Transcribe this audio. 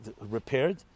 repaired